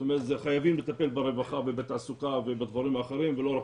זאת אומרת חייבים לטפל ברווחה ובתעסוקה ובכל הדברים האחרים ולא רק